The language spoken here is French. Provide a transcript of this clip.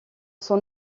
son